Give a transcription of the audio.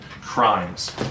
crimes